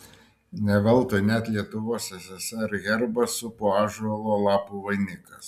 ne veltui net lietuvos ssr herbą supo ąžuolo lapų vainikas